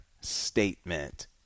statement